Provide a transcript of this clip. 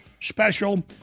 special